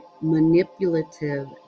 manipulative